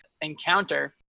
encounter